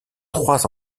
trois